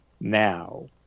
now